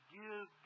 give